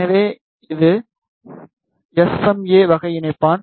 எனவே இது S M A வகை இணைப்பான்